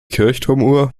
kirchturmuhr